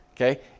Okay